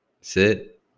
sit